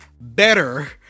better